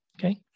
okay